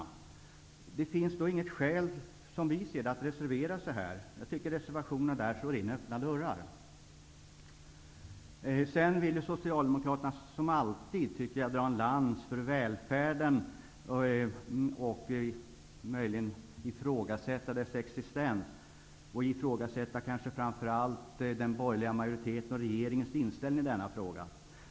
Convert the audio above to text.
Som vi ser det finns det inget skäl att reservera sig här. Jag tycker att reservationerna slår in öppna dörrar. Sedan vill Socialdemokraterna som alltid bryta en lans för välfärden, och möjligen ifrågasätta dess existens, och framför allt ifrågasätta den borgerliga majoritetens och regeringens inställning i denna fråga.